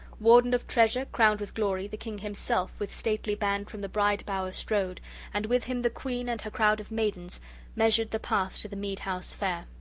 warden of treasure, crowned with glory, the king himself, with stately band from the bride-bower strode and with him the queen and her crowd of maidens measured the path to the mead-house fair.